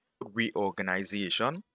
Reorganization